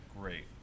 great